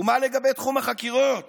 ומה לגבי תחום החקירות